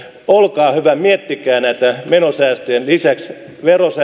olkaa hyvä miettikää näiden menosäästöjen lisäksi